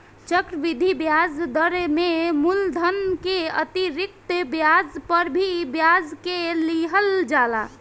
चक्रवृद्धि ब्याज दर में मूलधन के अतिरिक्त ब्याज पर भी ब्याज के लिहल जाला